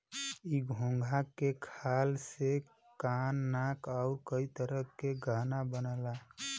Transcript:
इ घोंघा के खाल से कान नाक आउर कई तरह के गहना बनला